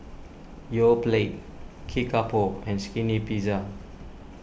Yoplait Kickapoo and Skinny Pizza